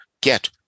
get